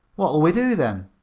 what'll we do then?